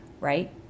right